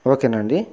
ఓకేనా అండి